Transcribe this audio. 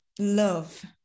love